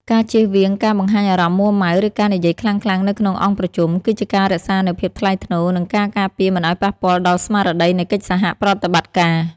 ការជៀសវាងការបង្ហាញអារម្មណ៍មួម៉ៅ ឬការនិយាយខ្លាំងៗនៅក្នុងអង្គប្រជុំ គឺជាការរក្សានូវភាពថ្លៃថ្នូរ និងការការពារមិនឱ្យប៉ះពាល់ដល់ស្មារតីនៃកិច្ចសហប្រតិបត្តិការ។